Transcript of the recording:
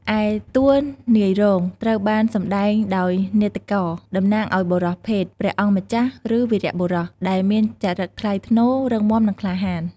ឯ តួនាយរោងត្រូវបានសម្ដែងដោយនាដករ តំណាងឲ្យបុរសភេទ ព្រះអង្គម្ចាស់ ឬវីរបុរស ដែលមានចរិតថ្លៃថ្នូរ រឹងមាំ និងក្លាហាន។